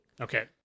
Okay